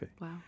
Wow